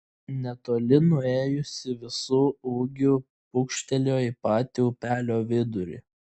netoli nuėjusi visu ūgiu pūkštelėjo į patį upelio vidurį